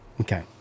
Okay